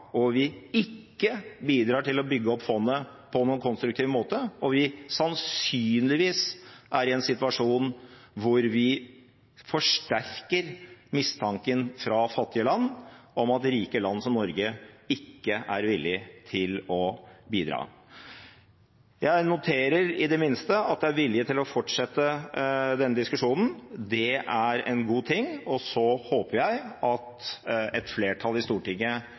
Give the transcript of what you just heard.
og vi bidrar ikke til å bygge opp fondet på noen konstruktiv måte. Sannsynligvis er vi i en situasjon hvor vi forsterker mistanken fra fattige land om at rike land som Norge ikke er villige til å bidra. Jeg noterer i det minste at det er vilje til å fortsette denne diskusjonen, det er en god ting. Så håper jeg at et flertall i Stortinget